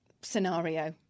scenario